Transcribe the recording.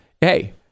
hey